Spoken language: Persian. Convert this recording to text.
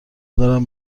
دارم